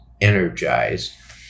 Energize